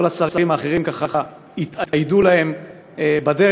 כל השרים האחרים ככה התאדו להם בדרך,